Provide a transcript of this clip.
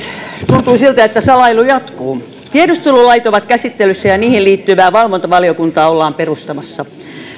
tuntuu siltä että salailu jatkuu tiedustelulait ovat käsittelyssä ja ja niihin liittyvää valvontavaliokuntaa ollaan perustamassa